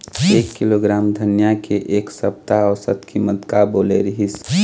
एक किलोग्राम धनिया के एक सप्ता औसत कीमत का बोले रीहिस?